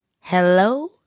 Hello